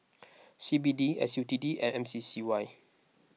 C B D S U T D and M C C Y